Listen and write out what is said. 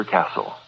Castle